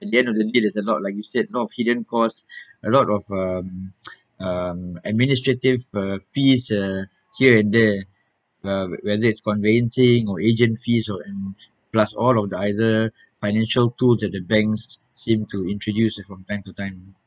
at the end of the day there is a lot like you said a lot of hidden cost a lot of um um administrative uh fees uh here and there uh whether it's conveyancing or agent fees or and plus all the other financial tools that the banks seem to introduce from time to time